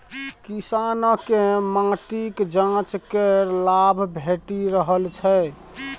किसानकेँ माटिक जांच केर लाभ भेटि रहल छै